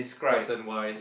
person wise